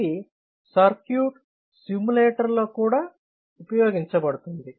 ఇది circuit simulator లో కూడా ఉపయోగించబడుతుంది